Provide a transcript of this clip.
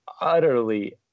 utterly